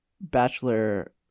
Bachelor